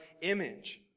image